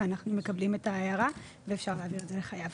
אנחנו מקבלים את ההערה ואפשר להעביר את זה לחיוב.